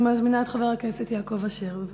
אני מזמינה את חבר הכנסת יעקב אשר, בבקשה.